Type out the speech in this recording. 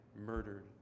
murdered